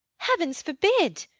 heaven forbid!